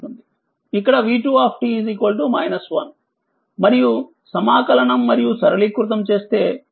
ఇక్కడv2 1 మరియుసమాకలనం మరియుసరళీకృతం చేస్తే i2 0